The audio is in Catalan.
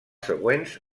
següents